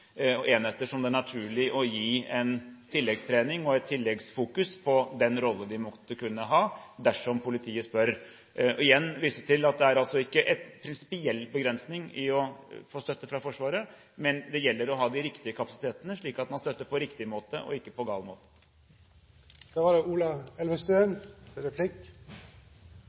som det vil være naturlig å gi tilleggstrening, og i tillegg ha fokus på den rollen de måtte ha dersom politiet spør. Jeg vil igjen vise til at det ikke er noen prinsipiell begrensning i å få støtte fra Forsvaret, men det gjelder å ha de riktige kapasitetene, slik at man støtter på riktig måte og ikke på gal måte.